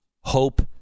hope